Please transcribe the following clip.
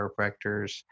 chiropractors